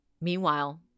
Meanwhile